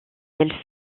elle